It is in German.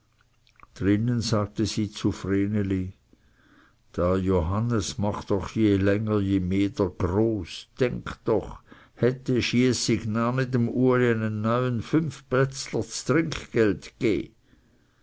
drinnen sagte sie zu vreneli dr johannes macht doch je länger je mehr dr groß denk doch het dä schießig narr nit dem uli einen neuen fünfbätzler ztrinkgeld